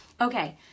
Okay